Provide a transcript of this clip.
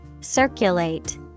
Circulate